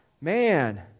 man